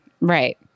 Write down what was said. Right